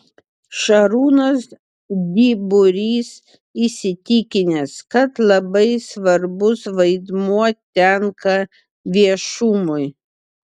šarūnas dyburys įsitikinęs kad labai svarbus vaidmuo tenka viešumui